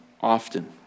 often